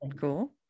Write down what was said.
Cool